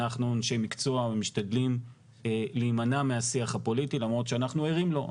אנחנו אנשי מקצוע ומשתדלים להמנע מהשיח הפוליטי למרות שאנחנו ערים לו,